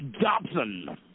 Dobson